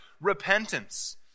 repentance